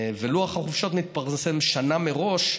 ולוח החופשות מתפרסם שנה מראש,